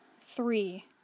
three